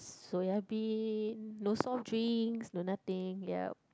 soya bean no soft drinks no nothing yup